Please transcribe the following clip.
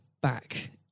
back